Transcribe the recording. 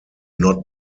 not